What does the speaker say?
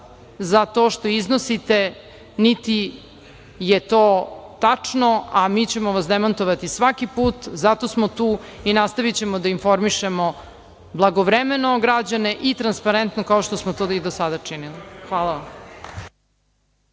za to što iznosite, niti je to tačno, a mi ćemo vas demantovati svaki put. Zato smo tu. Nastavićemo da informišemo blagovremeno građane i transparentno, kao što smo to i do sada činili. Hvala vam.